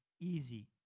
easy